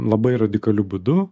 labai radikaliu būdu